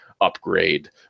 upgrade